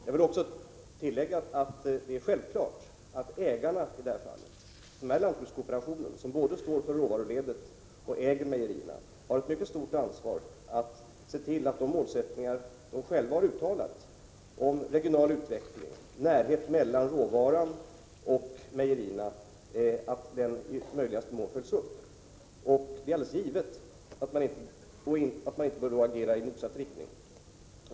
Jag vill också tillägga att det är självklart att ägarna — i detta fall lantbrukskooperationen, som både står för råvaruledet och äger mejerierna — har ett mycket stort ansvar då det gäller att se till att de målsättningar de själva har uttalat om regional utveckling och närhet mellan råvarorna och mejerierna i möjligaste mån följs upp. Självfallet får man inte agera i motsatt riktning.